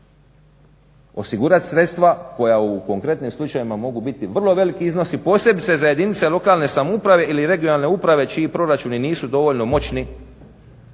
Osigurat sredstva koja u konkretnim slučajevima mogu biti vrlo veliki iznosi, posebice za jedinice lokalne samouprave ili regionalne uprave čiji proračuni nisu dovoljno moćni